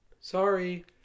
Sorry